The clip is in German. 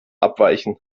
abweichen